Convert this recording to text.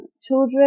children